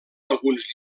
alguns